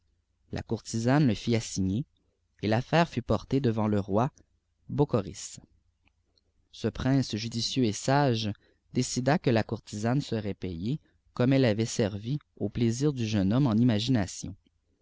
l courtisane le fit assigner et l'fpe fut portée devant le roi bocchoris ce prince judicieux sag décida que la couilisane serait payée comme te ç avait servi fnix plaisirs du jeune hoipme en imagination